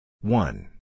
One